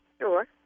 Sure